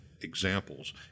examples